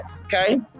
okay